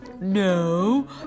No